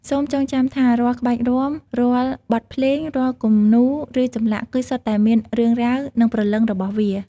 សូមចងចាំថា រាល់ក្បាច់រាំ រាល់បទភ្លេង រាល់គំនូរ ឬចម្លាក់ គឺសុទ្ធតែមានរឿងរ៉ាវ និងព្រលឹងរបស់វា។